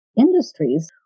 industries